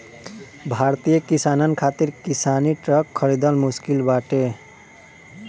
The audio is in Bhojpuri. भारतीय किसानन खातिर किसानी ट्रक खरिदल मुश्किल बाटे